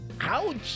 Ouch